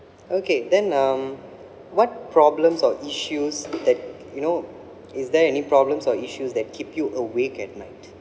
okay then um what problems or issues that you know is there any problems or issues that keep you awake at night